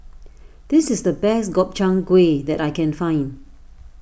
this is the best Gobchang Gui that I can find